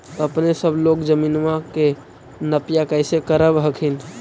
अपने सब लोग जमीनमा के नपीया कैसे करब हखिन?